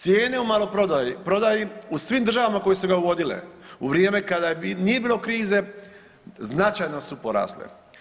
Cijene u maloprodaji, u prodaji u svim državama koje su ga uvodile u vrijeme kada nije bilo krize, značajno su porasle.